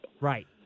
right